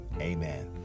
Amen